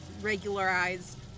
regularized